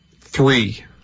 Three